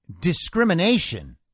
discrimination